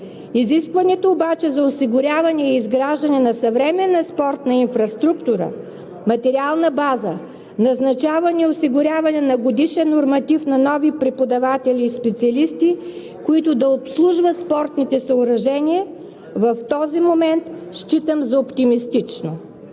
Изискването обаче за осигуряване и изграждане на съвременна спортна инфраструктура, материална база, назначаване и осигуряване на годишен норматив на нови преподаватели и специалисти, които да обслужват спортните съоръжения, в този момент считам за оптимистично,